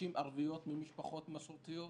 נשים ערביות ממשפחות מסורתיות,